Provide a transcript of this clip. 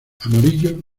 amarillos